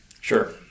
Sure